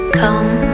come